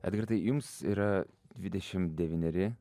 edgardai jums yra dvidešim devyneri